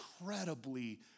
incredibly